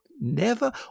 Never